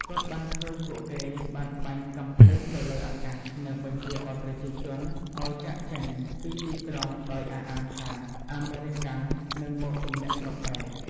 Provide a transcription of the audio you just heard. គាត់បានឃើញពួកគេបានបាញ់កាំភ្លើងទៅលើអាកាស និងបញ្ជាប្រជាជនឱ្យចាកចេញពីទីក្រុង ដោយអះអាងថាអាមេរិកាំងនឹងមកទម្លាក់គ្រាប់បែក។